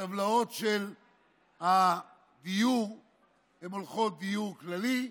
הטבלאות של הדיור הולכות: דיור כללי,